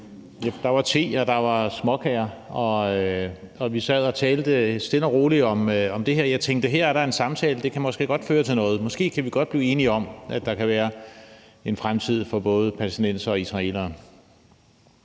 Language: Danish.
der var småkager, og vi sad og talte stille og roligt om det her, og jeg tænkte, at her er der en samtale, og at det måske godt kan føre til noget, og at vi måske godt kan blive enige om, at der kan være en fremtid for både palæstinensere og israelere.